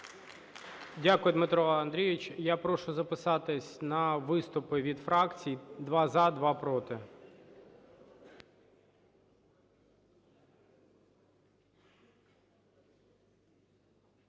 Дякую, Дмитро Андрійовичу. Я проза записатись на виступи від фракцій: два – за, два – проти.